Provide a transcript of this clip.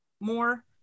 more